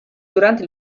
durante